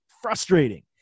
frustrating